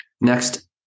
Next